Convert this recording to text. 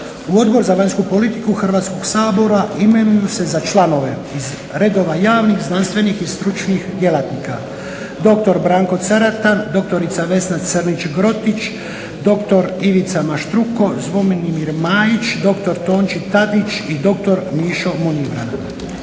U Odbor za vanjsku politiku Hrvatskog sabora imenuju se za članove iz redova javnih, znanstvenih i stručnih djelatnika dr. Branko Caratan, dr. Vesna Crnić-Grotić, dr. Ivica Maštruko, Zvonimir Majić, dr. Tonči Tadić i dr. Mišo Munivrana.